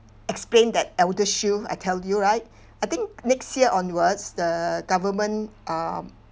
explain that ElderShield I tell you right I think next year onwards the government um